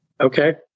Okay